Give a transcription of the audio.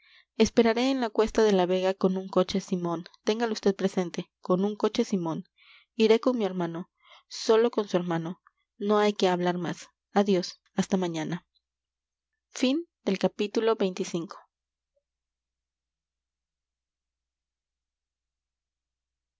esperaré en la cuesta de la vega con un coche simón téngalo vd presente con un coche simón iré con mi hermano sólo con su hermano no hay que hablar más adiós hasta mañana